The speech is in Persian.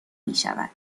میشود